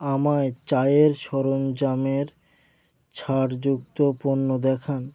আমায় চায়ের সরঞ্জামের ছাড়যুক্ত পণ্য দেখান